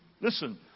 Listen